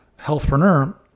Healthpreneur